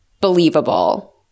believable